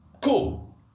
cool